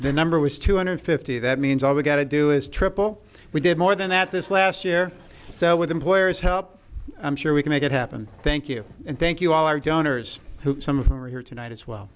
the number was two hundred fifty that means all we got to do is triple we did more than that this last year so with employers help i'm sure we can make it happen thank you and thank you all our donors some of whom are here tonight as well